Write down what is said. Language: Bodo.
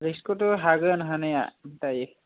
रिक्सखौथ' हागोन हानाया दायो